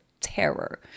terror